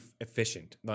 efficient